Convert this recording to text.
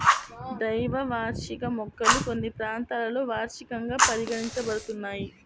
ద్వైవార్షిక మొక్కలు కొన్ని ప్రాంతాలలో వార్షికంగా పరిగణించబడుతున్నాయి